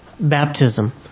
baptism